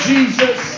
Jesus